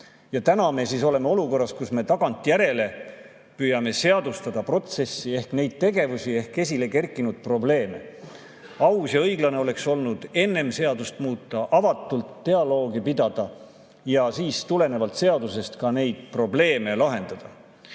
aga täna me oleme olukorras, kus me tagantjärele püüame seadustada protsessi ehk neid tegevusi ja esile kerkinud probleeme. Aus ja õiglane oleks olnud enne seadust muuta, avatult dialoogi pidada ja siis tulenevalt seadusest ka neid probleeme lahendada.